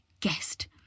guest